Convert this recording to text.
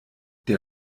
der